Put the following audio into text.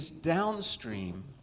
downstream